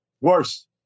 Worse